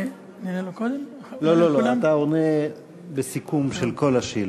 אתה עונה בסיכום של כל השאלות.